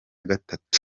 gatatu